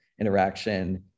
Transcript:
interaction